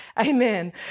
amen